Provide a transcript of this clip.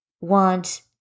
want